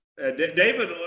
David